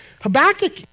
Habakkuk